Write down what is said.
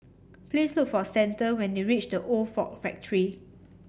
please look for Stanton when you reach The Old Ford Factory